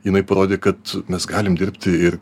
jinai parodė kad mes galim dirbti ir